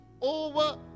over